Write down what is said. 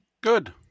good